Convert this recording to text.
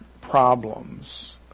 problems